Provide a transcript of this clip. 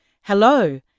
Hello